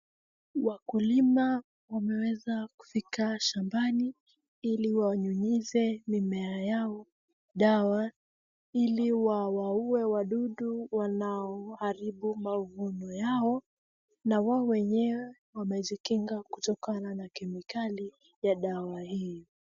Wakulima wameweza kufika shambani ili wanyunyize mimea yao dawa ili wawaue wadudu wanaoharibu mazao yao, lakini baadhi ya mimea imejikinga kutokana na kemikali ya dawa hii.